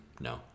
No